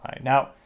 Now